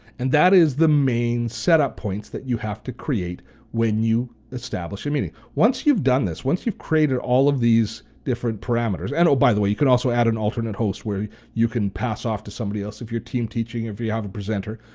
and that is the main set up points that you have to create when you establish a meeting. once you've done this, once you've created all of these different parameters, and oh, by the way, you could also add an alternate host where you you can pass off to somebody else. if you're team teaching or if you have a presenter,